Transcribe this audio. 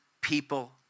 people